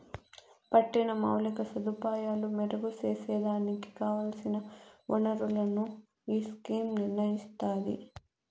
పట్టిన మౌలిక సదుపాయాలు మెరుగు సేసేదానికి కావల్సిన ఒనరులను ఈ స్కీమ్ నిర్నయిస్తాది